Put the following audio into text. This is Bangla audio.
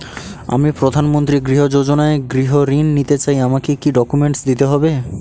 আমি প্রধানমন্ত্রী গৃহ ঋণ যোজনায় গৃহ ঋণ নিতে চাই আমাকে কি কি ডকুমেন্টস দিতে হবে?